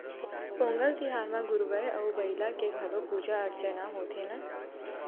पोंगल तिहार म गरूवय अउ बईला के घलोक पूजा अरचना होथे न